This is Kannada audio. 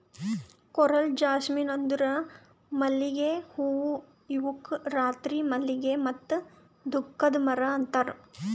ಕೋರಲ್ ಜಾಸ್ಮಿನ್ ಅಂದುರ್ ಮಲ್ಲಿಗೆ ಹೂವು ಇವುಕ್ ರಾತ್ರಿ ಮಲ್ಲಿಗೆ ಮತ್ತ ದುಃಖದ ಮರ ಅಂತಾರ್